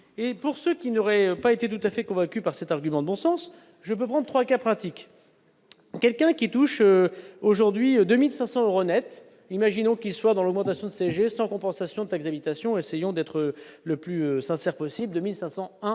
pour ceux qui n'auraient pas été tout à fait convaincu par cet argument de bon sens, je peux prendre 3 cas pratique, quelqu'un qui touche aujourd'hui 2500 euros nets, imaginons qu'il soit dans l'augmentation de ces gestes en compensation ta Xavi tation essayons d'être le plus sincère possible 2500 1 euros de